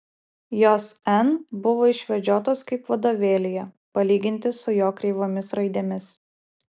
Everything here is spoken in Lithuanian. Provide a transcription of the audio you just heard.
jos n buvo išvedžiotos kaip vadovėlyje palyginti su jo kreivomis raidėmis